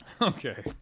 Okay